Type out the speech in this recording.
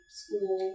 school